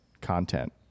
content